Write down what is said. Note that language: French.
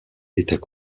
était